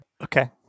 Okay